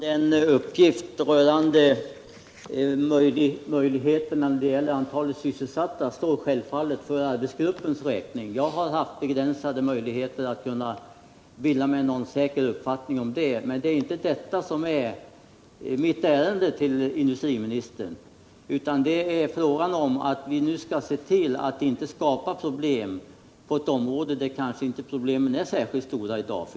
Herr talman! Uppgiften om hur stort antalet sysselsatta skulle kunna bli står för arbetsgruppens räkning; jag har haft begränsade möjligheter att bilda mig någon säker uppfattning om det. Den frågan är emellertid inte mitt ärende till industriministern, utan det är frågan om att vi bör se till att vi inte skapar problem inom ett område där problemen kanske inte är särskilt stora i dag.